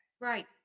Right